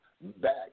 back